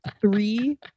three